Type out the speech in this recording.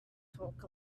talk